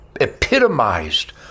epitomized